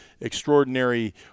extraordinary